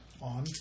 On